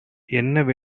என்ன